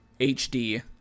HD